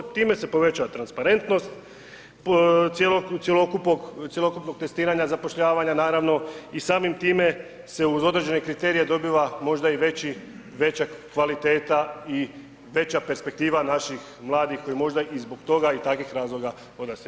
To se, time se povećava transparentnost cjelokupnog testiranja, zapošljavanja naravno, i samim time se uz određene kriterije dobiva možda i veća kvaliteta i veća perspektiva naših mladih koji možda i zbog toga i takvih razloga odlaze.